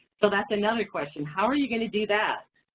so that's another question, how are you gonna do that?